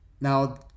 Now